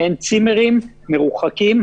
מעין צימרים מרוחקים.